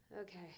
okay